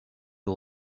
aux